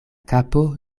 kapo